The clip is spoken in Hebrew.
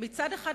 מצד אחד,